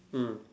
mm